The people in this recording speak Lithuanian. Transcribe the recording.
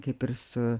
kaip ir su